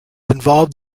involved